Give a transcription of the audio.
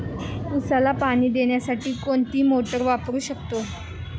उसाला पाणी देण्यासाठी कोणती मोटार वापरू शकतो?